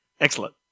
Excellent